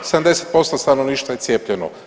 70% stanovništva je cijepljeno.